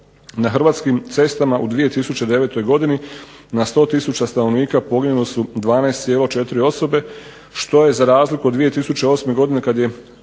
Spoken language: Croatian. Na hrvatskim cestama u 2009. godini na 100 tisuća stanovnika poginule su 12,4 osobe što je, za razliku od 2008. godine kad je